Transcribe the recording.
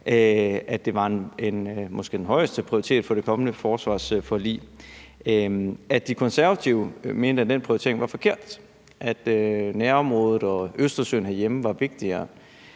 at det var den måske højeste prioritet i det kommende forsvarsforlig – at De Konservative mente, at den prioritering var forkert, altså at nærområdet og Østersøen herhjemme var vigtigere.